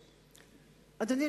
אדוני,